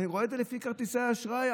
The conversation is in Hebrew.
אני רואה לפי כרטיסי האשראי,